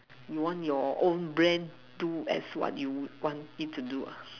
you want your own brain do as you want it to do ah